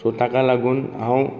so ताकां लागून हांव